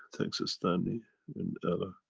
thanks ah stanley and ella.